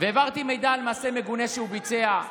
והעברתי מידע על מעשה מגונה שהוא ביצע.